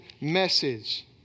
message